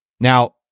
Now